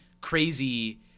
crazy